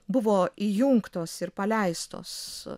buvo įjungtos ir paleistos